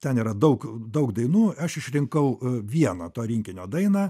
ten yra daug daug dainų aš išrinkau vieną to rinkinio dainą